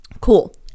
cool